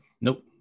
Nope